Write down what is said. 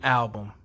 album